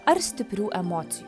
ar stiprių emocijų